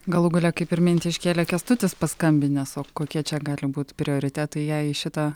galų gale kaip ir mintį iškėlė kęstutis paskambinęs o kokie čia gali būt prioritetai jei į šitą